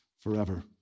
forever